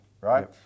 right